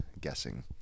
guessing